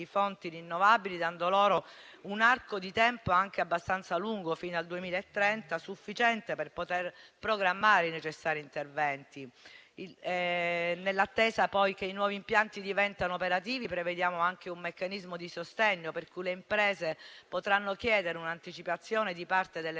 fonti rinnovabili, dando loro un arco di tempo anche abbastanza lungo, fino al 2030, sufficiente per poter programmare i necessari interventi. Nell'attesa che i nuovi impianti diventino operativi, prevediamo anche un meccanismo di sostegno, per cui le imprese potranno chiedere un'anticipazione di parte